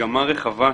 ובשבועות האחרונים,